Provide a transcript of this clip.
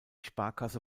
sparkasse